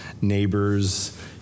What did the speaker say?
neighbors